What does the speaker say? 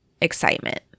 excitement